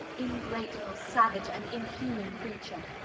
ingratefull, sauage, and inhumane creature?